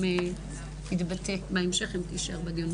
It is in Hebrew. אתה גם תתבטא בהמשך אם תישאר בדיון.